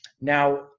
Now